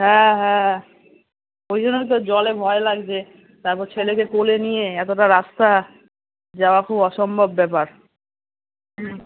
হ্যাঁ হ্যাঁ ওই জন্যই তো জলে ভয় লাগছে তারপর ছেলেকে কোলে নিয়ে এতটা রাস্তা যাওয়া খুব অসম্ভব ব্যাপার হুম